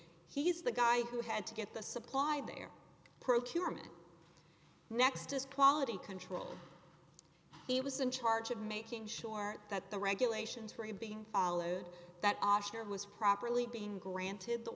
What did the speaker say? he's the guy who had to get the supply there procurement next as quality control he was in charge of making sure that the regulations were being followed that oscar was properly being granted the